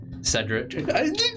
Cedric